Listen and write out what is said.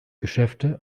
geschäfte